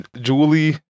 Julie